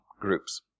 groups